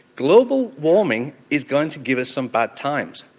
global warming is going to give us some bad times,